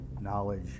knowledge